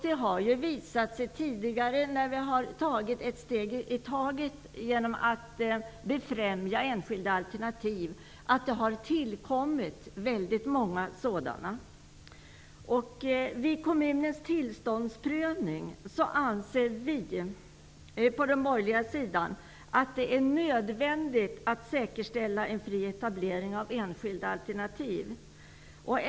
Det har ju visat sig tidigare, när vi har tagit ett steg i taget genom att befrämja enskilda alternativ, att det har tillkommit väldigt många sådana. Vid kommunens tillståndsprövning anser vi på den borgerliga sidan att det är nödvändigt att säkerställa en fri etablering av enskilda alternativ.